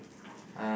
uh